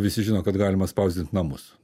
visi žino kad galima spausdint namus nu tai